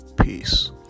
Peace